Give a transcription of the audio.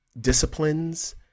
disciplines